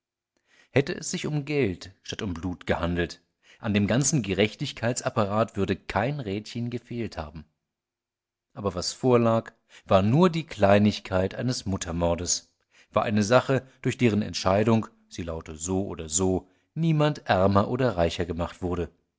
hätte es sich um geld statt um blut gehandelt an dem ganzen gerechtigkeits apparat würde kein rädchen gefehlt haben aber was vorlag war nur die kleinigkeit eines muttermordes war eine sache durch deren entscheidung sie laute so oder so niemand ärmer oder reicher gemacht wurde